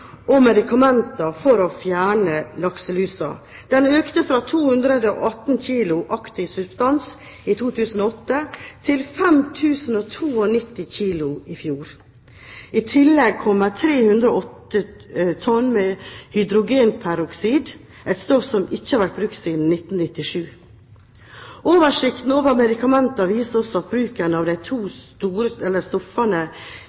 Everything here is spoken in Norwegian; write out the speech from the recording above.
og medikamenter for å fjerne lakselus. Den økte fra 218 kilo aktiv substans i 2008 til 5 092 kilo i fjor. I tillegg kommer 308 tonn hydrogenperoksid – et stoff som ikke har vært brukt siden 1997. Oversikten over medikamentene viser også bruken av de